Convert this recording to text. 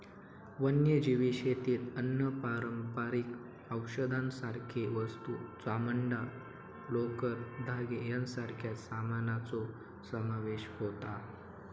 वन्यजीव शेतीत अन्न, पारंपारिक औषधांसारखे वस्तू, चामडां, लोकर, धागे यांच्यासारख्या सामानाचो समावेश होता